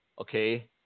Okay